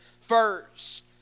first